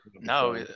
No